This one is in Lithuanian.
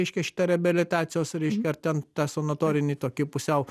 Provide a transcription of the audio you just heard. reiškia šitą reabilitacijos reiškia ar ten tą sanatorinį tokį pusiau